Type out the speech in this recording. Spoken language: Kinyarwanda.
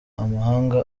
amahanga